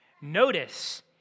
Notice